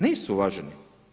Nisu uvaženi.